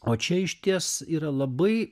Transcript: o čia išties yra labai